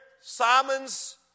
Simon's